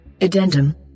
Addendum